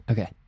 Okay